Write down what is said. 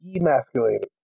emasculated